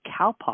cowpox